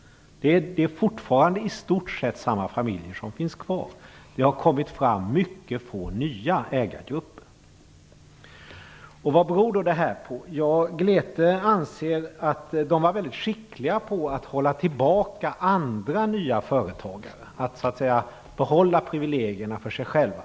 Det är fortfarande i stort sett samma familjer som finns kvar. Det har kommit fram mycket få nya ägargrupper. Vad beror då detta på? Glete anser att de var väldigt skickliga på att hålla tillbaka andra nya företagare, dvs. behålla privilegierna för sig själva.